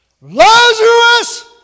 Lazarus